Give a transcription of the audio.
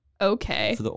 Okay